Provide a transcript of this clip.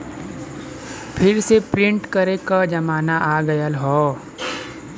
फिर से प्रिंट करे क जमाना आ गयल हौ